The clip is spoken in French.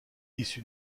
issu